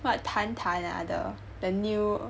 [what] 谈谈 ah the the new